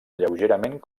lleugerament